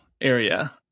area